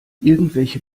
irgendwelche